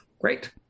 great